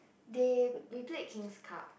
they we played king's cup